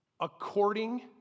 According